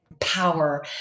power